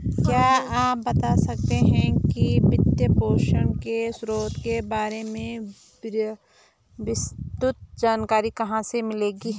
क्या आप बता सकते है कि वित्तपोषण के स्रोतों के बारे में विस्तृत जानकारी कहाँ से मिलेगी?